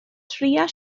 trïa